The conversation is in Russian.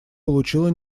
получила